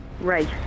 Race